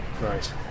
right